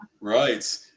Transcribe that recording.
Right